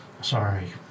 Sorry